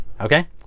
okay